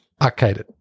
Arcaded